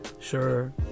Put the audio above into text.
Sure